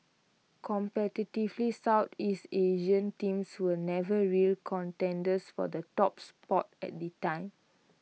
competitively Southeast Asian teams were never real contenders for the top spot at the time